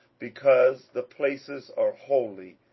because the places are holy,